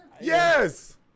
Yes